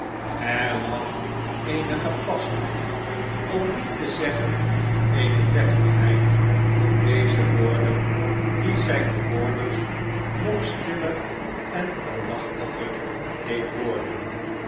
er lag eene gepastheid om niet te zeggen eene deftigheid in deze woorden die zijne hoorders nog stiller en aandachtiger deed worden